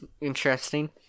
interesting